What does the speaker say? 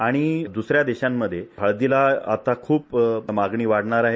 आणि द्रसऱ्या देशांमध्ये हळदीला आता खूप मागणी वाढणार आहे